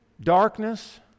darkness